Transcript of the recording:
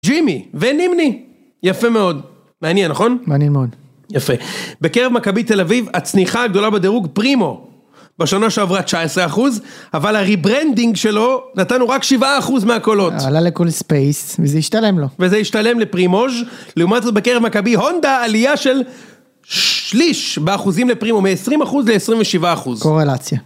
ג'ימי ונימני. יפה מאוד. מעניין, נכון? -מעניין מאוד. -יפה. בקרב מכבי תל אביב הצניחה הגדולה בדירוג פרימו. בשנה שעברה 19 אחוז, אבל הריברנדינג שלו, נתנו רק 7 אחוז מהקולות. -עלה לכל ספייס, וזה השתלם לו. -וזה השתלם לפרימוז'. לעומת זאת, בקרב מכבי הונדה, עלייה של שליש באחוזים לפרימו. מ-20 אחוז ל-27 אחוז. -קורלציה.